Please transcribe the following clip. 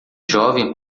jovem